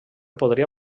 podria